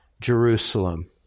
Jerusalem